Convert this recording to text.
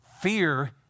Fear